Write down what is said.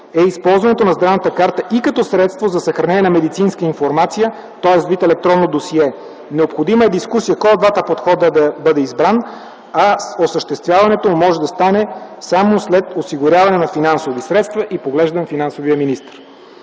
е използването на здравната карта и като средство за съхранение на медицинска информация, тоест вид електронно досие. Необходима е дискусия кой от двата подхода да бъде избран, а осъществяването може да стане само след осигуряване на финансови средства, и поглеждам финансовия министър.